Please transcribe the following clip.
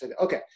Okay